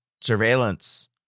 surveillance